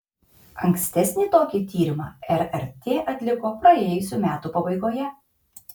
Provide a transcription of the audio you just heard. ankstesnį tokį tyrimą rrt atliko praėjusių metų pabaigoje